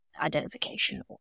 identification